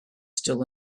still